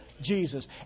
Jesus